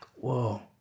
Whoa